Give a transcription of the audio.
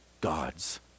God's